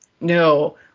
no